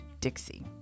Dixie